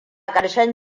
ƙarshen